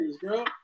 girl